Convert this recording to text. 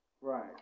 Right